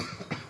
mm